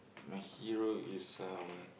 my hero is um